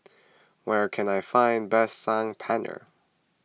where can I find best Saag Paneer